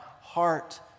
heart